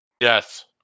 Yes